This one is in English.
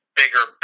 bigger